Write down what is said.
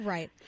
Right